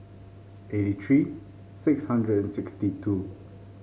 eighty three six hundred and sixty two